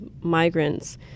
migrants